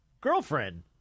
girlfriend